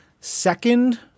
second